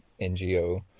NGO